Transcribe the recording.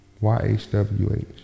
Y-H-W-H